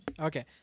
Okay